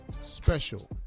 special